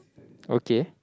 okay